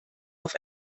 auf